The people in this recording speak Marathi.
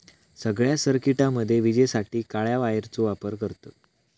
सगळ्या सर्किटामध्ये विजेसाठी काळ्या वायरचो वापर करतत